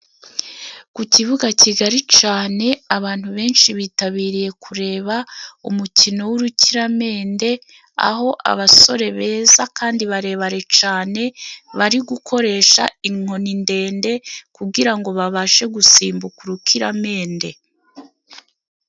Ku kibuga kigari cane abantu benshi bitabiriye kureba umukino w'urukiramende aho abasore beza kandi barebare cane bari gukoresha inkoni ndende kugira ngo babashe gusimbuka urukiramende.